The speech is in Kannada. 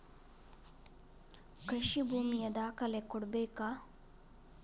ಕೃಷಿ ಭೂಮಿಯ ದಾಖಲೆ ಕೊಡ್ಬೇಕಾ?